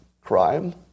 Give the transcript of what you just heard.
Crime